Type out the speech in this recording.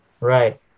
Right